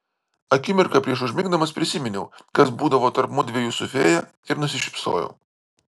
akimirką prieš užmigdamas prisiminiau kas būdavo tarp mudviejų su fėja ir nusišypsojau